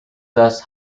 thus